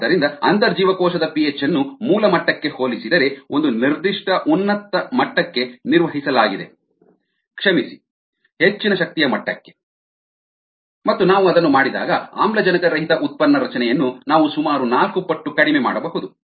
ಆದ್ದರಿಂದ ಅಂತರ್ಜೀವಕೋಶದ ಪಿಹೆಚ್ ಅನ್ನು ಮೂಲ ಮಟ್ಟಕ್ಕೆ ಹೋಲಿಸಿದರೆ ಒಂದು ನಿರ್ದಿಷ್ಟ ಉನ್ನತ ಮಟ್ಟಕ್ಕೆ ನಿರ್ವಹಿಸಲಾಗಿದೆ ಕ್ಷಮಿಸಿ ಹೆಚ್ಚಿನ ಶಕ್ತಿಯ ಮಟ್ಟಕ್ಕೆ ಮತ್ತು ನಾವು ಅದನ್ನು ಮಾಡಿದಾಗ ಆಮ್ಲಜನಕರಹಿತ ಉತ್ಪನ್ನ ರಚನೆಯನ್ನು ನಾವು ಸುಮಾರು ನಾಲ್ಕು ಪಟ್ಟು ಕಡಿಮೆ ಮಾಡಬಹುದು